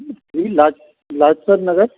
B लाज लाजपत नगर